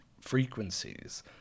frequencies